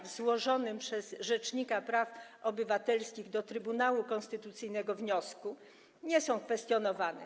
W złożonym przez rzecznika praw obywatelskich do Trybunału Konstytucyjnego wniosku nie są kwestionowane.